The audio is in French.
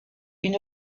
une